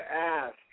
ask